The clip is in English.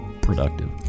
productive